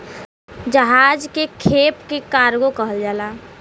जहाज के खेप के कार्गो कहल जाला